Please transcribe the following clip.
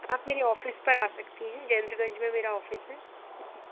आप मेरे ऑफ़िस पर आ सकती हैं में मेरा ऑफ़िस है